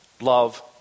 love